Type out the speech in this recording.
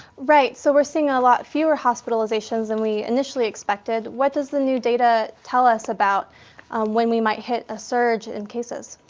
right. so we're seeing a lot fewer hospitalizations than we initially expected. what does the new data tell us about when we might hit a surge in cases?